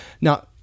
Now